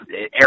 air